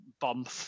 bump